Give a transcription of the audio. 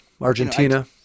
Argentina